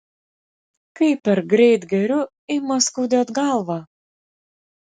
kai per greit geriu ima skaudėt galvą